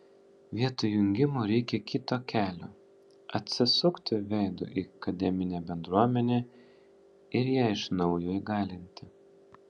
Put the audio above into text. vietoj jungimų reikia kito kelio atsisukti veidu į akademinę bendruomenę ir ją iš naujo įgalinti